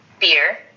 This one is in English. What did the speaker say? beer